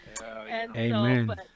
Amen